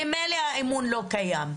ממילא האמון לא קיים.